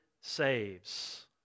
Saves